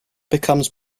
becomes